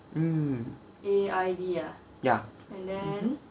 mm ya mmhmm